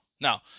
now